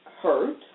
hurt